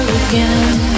again